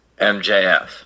MJF